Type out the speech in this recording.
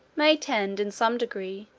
may tend, in some degree,